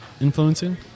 influencing